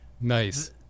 Nice